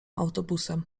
autobusem